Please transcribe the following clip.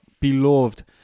beloved